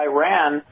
Iran